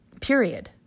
Period